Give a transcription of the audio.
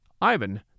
Ivan